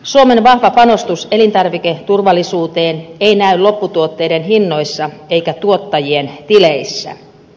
suomen vahva panostus elintarviketurvallisuuteen ei näy lopputuotteiden hinnoissa eikä tuottajien tileissä